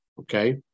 okay